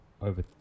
over